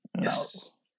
Yes